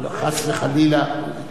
חס וחלילה,